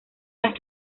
las